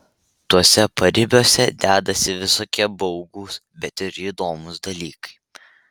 tuose paribiuose dedasi visokie baugūs bet ir įdomūs dalykai